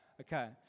okay